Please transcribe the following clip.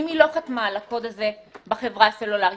אם היא לא חתמה על הקוד הזה בחברה הסלולרית,